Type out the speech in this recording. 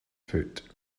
foot